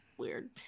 weird